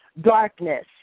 darkness